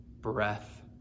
breath